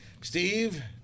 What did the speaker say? Steve